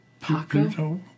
Paco